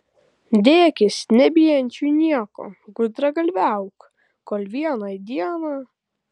dėkis nebijančiu nieko gudragalviauk kol vieną dieną